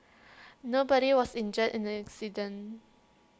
nobody was injured in the accident